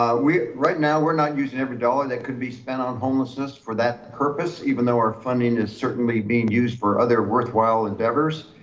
um right now, we're not using every dollar that could be spent on homelessness for that purpose, even though our funding is certainly being used for other worthwhile endeavors.